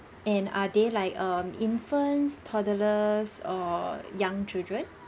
and are they like um infants toddlers or young children